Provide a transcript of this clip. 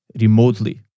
remotely